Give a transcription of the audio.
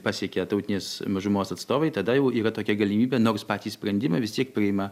pasiekia tautinės mažumos atstovai tada jau yra tokia galimybė nors patį sprendimą vis tiek priima